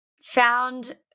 found